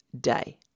day